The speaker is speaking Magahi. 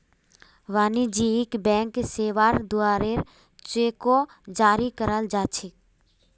वाणिज्यिक बैंक सेवार द्वारे चेको जारी कराल जा छेक